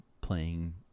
playing